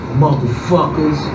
motherfuckers